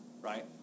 right